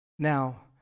Now